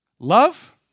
Love